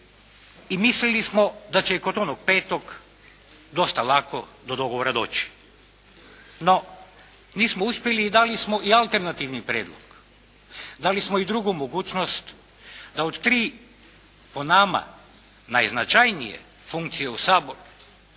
i mislili smo da će kod onog petog dosta lako do dogovora doći. No, nismo uspjeli i dali smo alternativni prijedlog. Dali smo i drugu mogućnost da od tri po nama najznačajnije funkcije u Saboru